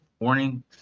morning